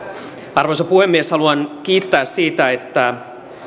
arvoisa puhemies haluan kiittää siitä että